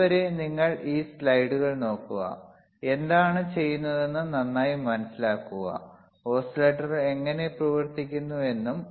അതുവരെ നിങ്ങൾ ഈ സ്ലൈഡുകൾ നോക്കുക എന്താണ് ചെയ്യുന്നതെന്ന് നന്നായി മനസിലാക്കുക ഓസിലേറ്റർ എങ്ങനെ പ്രവർത്തിക്കുന്നു എന്നും